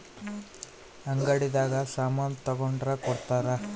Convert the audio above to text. ಅಂಗಡಿ ದಾಗ ಸಾಮನ್ ತಗೊಂಡ್ರ ಕೊಡ್ತಾರ